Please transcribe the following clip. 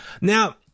Now